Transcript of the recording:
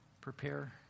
prepare